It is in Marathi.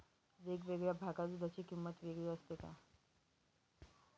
वेगवेगळ्या भागात दूधाची किंमत वेगळी असते का?